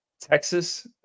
Texas